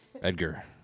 Edgar